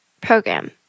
program